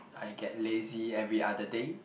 I get lazy every other day